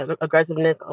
aggressiveness